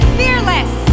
fearless